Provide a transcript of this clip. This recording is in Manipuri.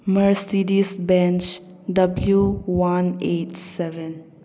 Mercedes Benz W one eight seven